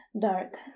dark